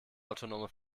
autonome